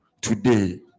today